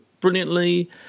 brilliantly